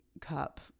cup